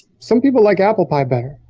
some people like apple pie better.